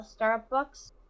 Starbucks